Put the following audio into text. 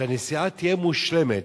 שהנסיעה תהיה מושלמת.